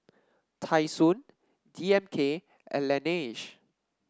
Tai Sun D M K and Laneige